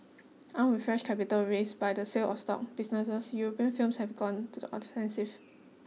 armed with fresh capital raised by the sale of stock businesses European firms have gone on the offensive